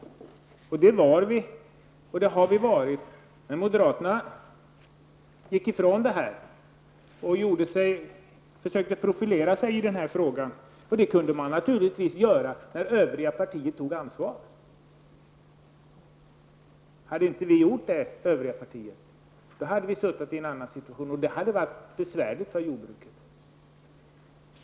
Det har vi också varit, men moderaterna gick ifrån enigheten och har försökt profilera sig i denna fråga. Det kunde man naturligtvis göra när övriga partier tog sitt ansvar. Hade vi i de övriga partierna inte gjort det, hade situationen varit en annan, och det hade varit besvärligt för jordbruket.